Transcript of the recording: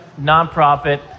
nonprofit